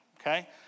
okay